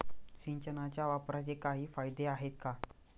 सिंचनाच्या वापराचे काही फायदे आहेत का?